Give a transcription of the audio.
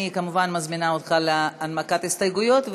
אני כמובן מזמינה אותך להנמקת ההסתייגויות.